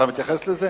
אתה מתייחס לזה?